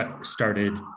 started